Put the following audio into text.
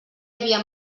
havia